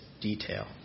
detail